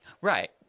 right